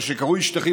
מה שקרוי "שטחים",